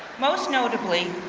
most notably,